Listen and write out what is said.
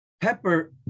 Pepper